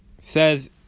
says